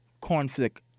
conflict